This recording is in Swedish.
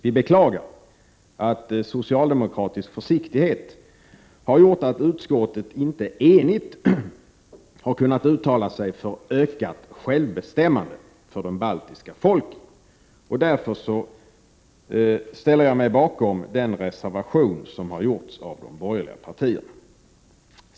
Vi beklagar att socialdemokratisk försiktighet har gjort att utskottet inte enigt har kunnat uttala sig för ökat självbestämmande för de baltiska folken. Därför ställer jag mig bakom den reservation som har avlämnats av de borgerliga partierna.